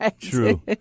True